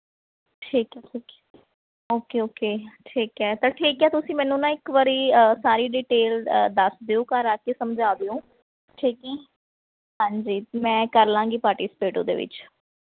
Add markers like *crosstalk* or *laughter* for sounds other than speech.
ਠੀਕ ਹੈ *unintelligible* okay okay ਠੀਕ ਹੈ ਤਾਂ ਠੀਕ ਹੈ ਤੁਸੀਂ ਮੈਨੂੰ ਨਾ ਇੱਕ ਵਾਰੀ ਸਾਰੀ ਡਿਟੇਲ ਦੱਸ ਦਿਉ ਘਰ ਆ ਕੇ ਸਮਝਾ ਦਿਉ ਠੀਕ ਹੈ ਹਾਂਜੀ ਮੈਂ ਕਰ ਲਵਾਂਗੀ ਪਾਰਟੀਸੀਪੇਟ ਉਹਦੇ ਵਿੱਚ